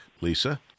Lisa